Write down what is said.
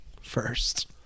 first